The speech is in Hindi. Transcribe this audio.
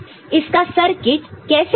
इसका सर्किट कैसे दिखेगा